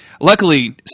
Luckily